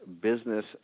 business